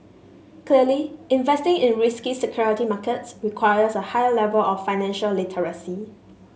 clearly investing in risky security markets requires a higher level of financial literacy